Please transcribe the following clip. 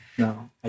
No